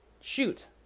shoot